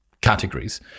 categories